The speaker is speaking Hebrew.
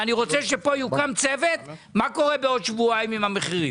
ואני רוצה שפה יוקם צוות שיבדוק מה קורה בעוד שבועיים עם המחירים.